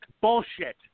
Bullshit